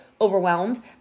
overwhelmed